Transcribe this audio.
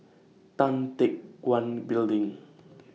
Tan Teck Guan Building